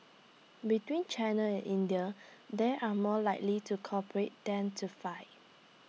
between China and India they are more likely to cooperate than to fight